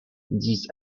these